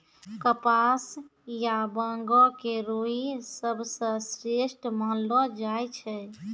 कपास या बांगो के रूई सबसं श्रेष्ठ मानलो जाय छै